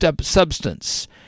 substance